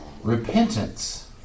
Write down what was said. repentance